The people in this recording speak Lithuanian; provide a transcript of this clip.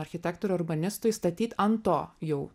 architektui ar urbanistui statyt ant to jau